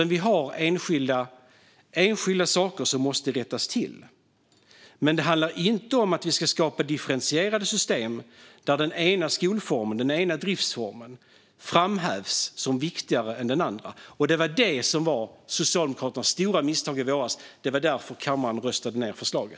Vi har enskilda saker som måste rättas till, men det handlar inte om att vi ska skapa differentierade system där den ena skolformen och driftsformen framhävs som viktigare än den andra. Det var det som var Socialdemokraternas stora misstag i våras. Det var därför kammaren röstade ned förslaget.